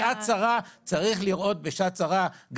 צריך לראות בשעת צרה,